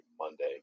Monday